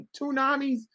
tsunamis